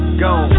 go